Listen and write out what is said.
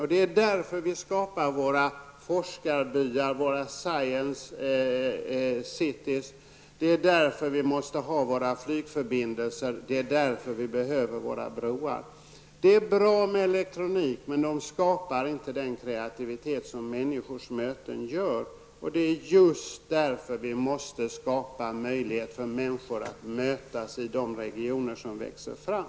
Och det är därför som vi skapar våra forskarbyar, våra ''science cities'', och det är därför som vi måste ha våra flygförbindelser, och det är därför som vi behöver våra broar. Det är bra med elektronik, men den skapar inte den kreaktivitet som människors möten gör. Det är därför som vi måste skapa möjlighet för människor att mötas i de regioner som växer fram.